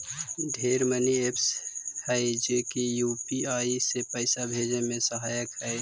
ढेर मनी एपस हई जे की यू.पी.आई से पाइसा भेजे में सहायक हई